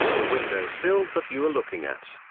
the window sill that you are looking at,